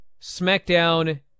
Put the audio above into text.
SmackDown